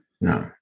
No